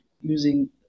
using